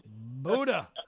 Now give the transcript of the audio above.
Buddha